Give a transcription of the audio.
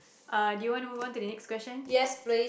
uh do you wanna move on to the next question